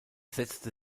setzte